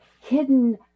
hidden